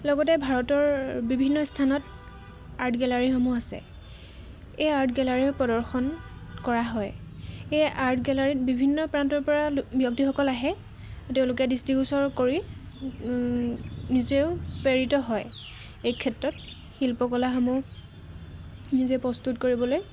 লগতে ভাৰতৰ বিভিন্ন স্থানত আৰ্ট গেলাৰীসমূহ আছে এই আৰ্ট গেলাৰীও প্ৰদৰ্শন কৰা হয় এই আৰ্ট গেলাৰীত বিভিন্ন প্ৰান্তৰ পৰা ব্যক্তিসকল আহে তেওঁলোকে দৃষ্টিগোচৰ কৰি নিজেও প্ৰেৰিত হয় এই ক্ষেত্ৰত শিল্পকলাসমূহ নিজে প্ৰস্তুত কৰিবলৈ